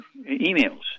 emails